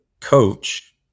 coach